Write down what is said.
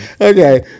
Okay